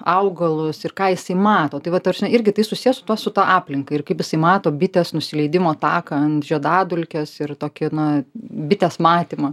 augalus ir ką jisai mato tai va ta prasme irgi tai susiję su tuo su ta aplinka ir kaip jisai mato bitės nusileidimo taką ant žiedadulkės ir tokį na bitės matymą